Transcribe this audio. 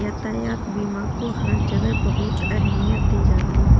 यातायात बीमा को हर जगह बहुत अहमियत दी जाती है